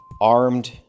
armed